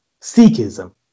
Sikhism